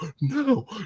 no